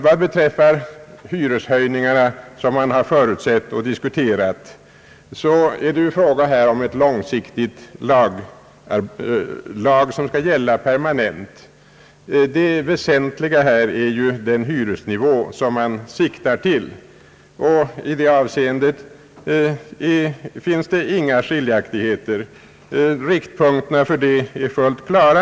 Vad beträffar hyreshöjningarna, som har förutsetts och diskuterats, är det fråga om en långsiktig lag som skall gälla permanent. Det väsentliga är den hyresnivå man siktar till. I det avseendet finns det inga skiljaktigheter i uppfattningarna — riktpunkterna är fullt klara.